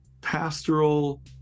pastoral